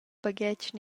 baghetg